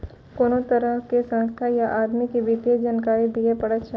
कोनो तरहो के संस्था या आदमी के वित्तीय जानकारी दियै पड़ै छै